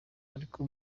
ariko